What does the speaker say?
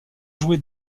joué